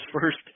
first